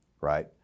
right